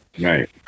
Right